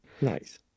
Nice